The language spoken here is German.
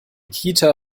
kita